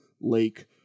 lake